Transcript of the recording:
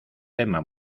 tema